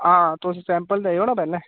हां तुस सैंपल देओ ना पैह्लें